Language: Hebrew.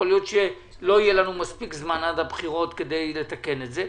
יכול להיות שלא יהיה לנו מספיק זמן עד הבחירות כדי לתקן את זה,